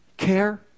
care